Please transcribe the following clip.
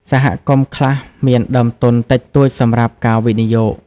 សហគមន៍ខ្លះមានដើមទុនតិចតួចសម្រាប់ការវិនិយោគ។